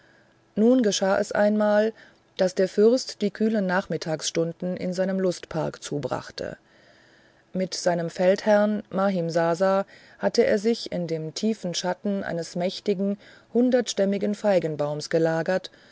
nun geschah es einmal daß der fürst die kühlen nachmittagsstunden in seinem lustpark zubrachte mit seinem feldherrn mahimsasa hatte er sich in dem tiefen schatten eines mächtigen hundertstämmigen feigenbaumes gelagert